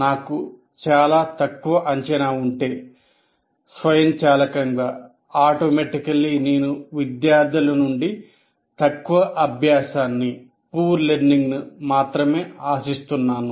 నాకు చాలా తక్కువ అంచనా ఉంటేస్వయంచాలకంగా మాత్రమే ఆశిస్తున్నాను